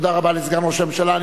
תודה רבה לסגן ראש הממשלה.